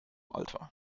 alter